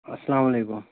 اَسلامُ علیکُم